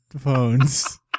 phones